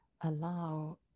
allow